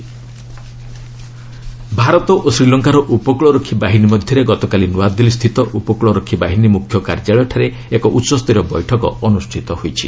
India Sri Lanka coast guard Bharat ଓ ଶ୍ରୀଲଙ୍କାର ଉପକୃଳରକ୍ଷୀ ବାହିନୀ ମଧ୍ୟରେ ଗତକାଲି ନୂଆଦିଲ୍ଲୀସ୍ଥିତ ଉପକୂଳରକ୍ଷୀ ବାହିନୀ ମୁଖ୍ୟ କାର୍ଯ୍ୟାଳୟଠାରେ ଏକ ଉଚ୍ଚସ୍ତରୀୟ ବୈଠକ ଅନୁଷ୍ଠିତ ହୋଇଛି